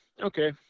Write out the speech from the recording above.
okay